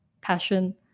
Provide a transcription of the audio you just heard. passion